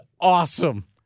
awesome